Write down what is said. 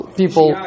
people